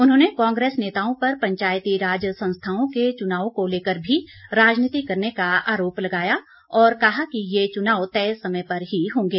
उन्होंने कांग्रेस नेताओं पर पंचायती राज संस्थाओं के चुनावों को लेकर भी राजनीति करने का आरोप लगाया और कहा कि ये चुनाव तय समय पर ही होंगे